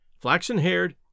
flaxen-haired